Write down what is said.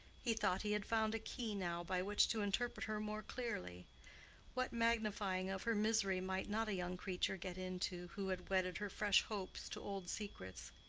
he thought he had found a key now by which to interpret her more clearly what magnifying of her misery might not a young creature get into who had wedded her fresh hopes to old secrets!